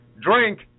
drink